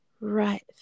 right